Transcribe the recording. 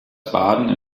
baden